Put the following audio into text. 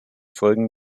folgen